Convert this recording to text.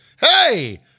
Hey